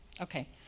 Okay